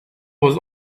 was